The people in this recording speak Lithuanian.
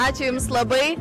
ačiū jums labai